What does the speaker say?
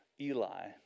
Eli